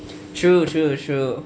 true true true